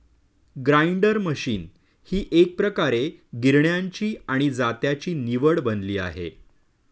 grinder machine ही एकप्रकारे गिरण्यांची आणि जात्याची निवड बनली आहे